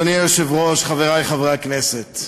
אדוני היושב-ראש, חברי חברי הכנסת,